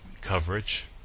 coverage